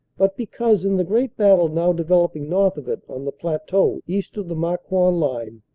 but because in the great battle now developing north of it on the plateau east of the marcoing line,